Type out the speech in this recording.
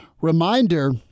reminder